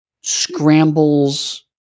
scrambles